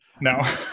no